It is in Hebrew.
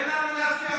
תן לנו להצביע וללכת.